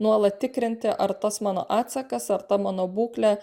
nuolat tikrinti ar tas mano atsakas ar ta mano būklė